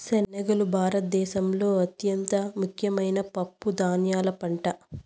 శనగలు భారత దేశంలో అత్యంత ముఖ్యమైన పప్పు ధాన్యాల పంట